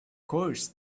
course